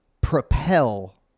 propel